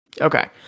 Okay